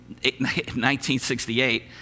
1968